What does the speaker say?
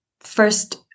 first-